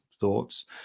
thoughts